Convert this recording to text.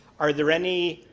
are there any